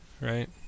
right